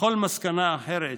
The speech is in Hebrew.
לכל מסקנה אחרת